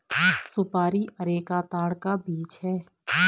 सुपारी अरेका ताड़ का बीज है